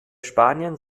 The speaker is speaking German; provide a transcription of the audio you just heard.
spanien